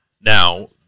now